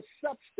substance